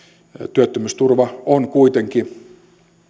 työttömyysturva on kuitenkin